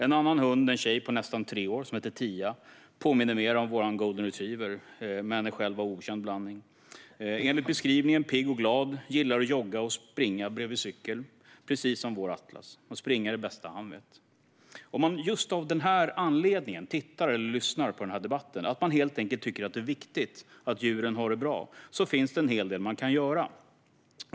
En annan hund, en tjej på nästan tre år, Tia, påminner om vår golden retriever, men är av okänd blandning. Enligt beskrivningen är hon pigg och glad och gillar att jogga och springa bredvid cykel. Det är precis som vår Atlas; att springa är det bästa han vet. Om man av just denna anledning lyssnar på den här debatten - man tycker helt enkelt att det är viktigt att djuren har det bra - finns det en hel del man kan göra.